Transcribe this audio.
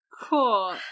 Cool